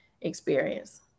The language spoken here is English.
experience